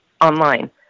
online